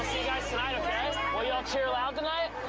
guys tonight, okay? will you all cheer loud tonight?